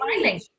smiling